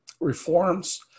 reforms